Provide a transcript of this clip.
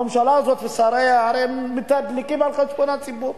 הממשלה הזאת ושריה הרי הם מתדלקים על חשבון הציבור,